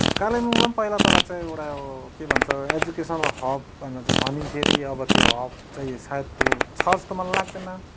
कालिम्पोङलाई पनि पहिला पहिला चाहिँ एउटा के भन्छ एजुकेसनल हब भनेर चाहिँ भनिन्थ्यो अरे अब त्यो हब चाहिँ सायद छ जस्तो मलाई लाग्दैन